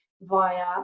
via